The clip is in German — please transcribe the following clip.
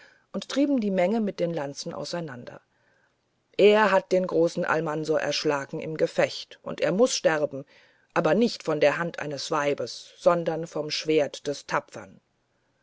und trieben die menge mit den lanzen auseinander er hat den großen almansor erschlagen im gefecht und er muß sterben aber nicht von der hand eines weibes sondern vom schwert der tapfern